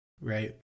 right